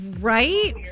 right